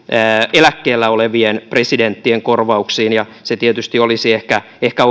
eläkkeellä olevien presidenttien korvauksiin se tietysti olisi ehkä ehkä